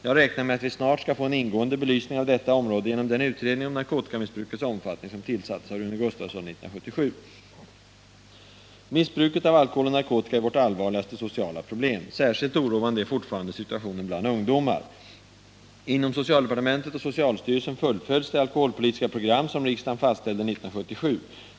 Jag räknar med att vi snart skall få en ingående belysning av detta område genom den utredning av narkotikamissbrukets omfattning som tillsattes av Rune Gustavsson 1977. Missbruket av alkohol och narkotika är vårt allvarligaste sociala problem. Särskilt oroande är fortfarande situationen bland ungdomar. Inom socialdepartementet och socialstyrelsen fullföljs det alkoholpolitiska program som riksdagen fastställde 1977.